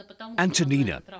Antonina